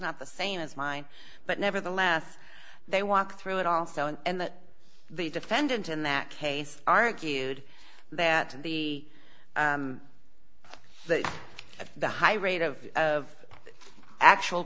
not the same as mine but nevertheless they walk through it also and the defendant in that case argued that the at the high rate of of actual